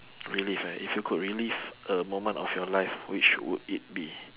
relive ah if you could relive a moment of your life which would it be